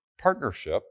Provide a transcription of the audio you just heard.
partnership